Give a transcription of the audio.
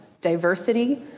diversity